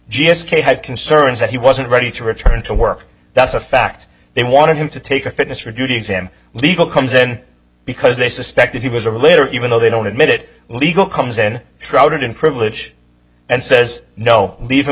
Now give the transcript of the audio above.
kay had concerns that he wasn't ready to return to work that's a fact they wanted him to take a fitness for duty exam legal comes in because they suspected he was a little even though they don't admit it legal comes in shrouded in privilege and says no leave him